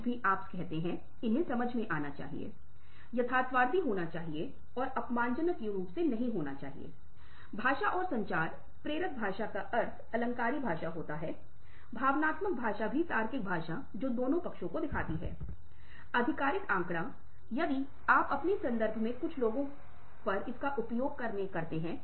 अब अंत में इस सत्र को पूरा करने से पहले हम 'समूहों में सुनना पर ध्यान केंद्रित करेंगे क्योंकि बातचीत १ प्रतिशत के साथ संवाद है या अलग अलग समय में अलग अलग लोगों के साथ एक बात है लेकिन बातचीत फिर से सुनने का एक और महत्वपूर्ण पहलू है और क्या आप एक समूह चर्चा कर रहे हैं नौकरी के साक्षात्कार के लिए समूह चर्चा या अपने कार्य स्थान में एक वास्तविक समूह चर्चा के लिए ये तत्व महत्वपूर्ण हो जाते हैं